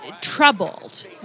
troubled